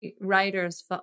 writers